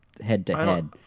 head-to-head